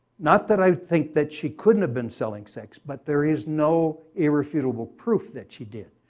not that i'd think that she couldn't have been selling sex, but there is no irrefutable proof that she did.